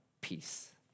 peace